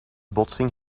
botsing